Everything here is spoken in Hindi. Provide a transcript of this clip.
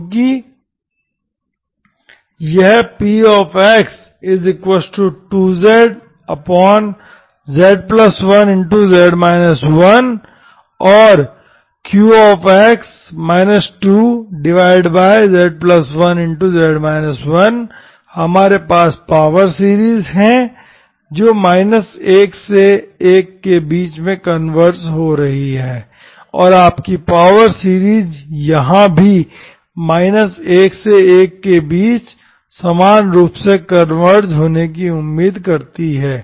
क्योंकि यह px2zz1z 1 और qx 2z1z 1 हमारे पास पावर सीरीज है जो 1 से 1 के बीच में कनवर्ज हो रही है और आपकी पावर सीरीज यहां भी आप 1 से 1 के बीच समान रूप से कनवर्ज होने की उम्मीद कर सकते हैं